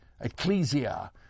Ecclesia